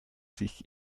sich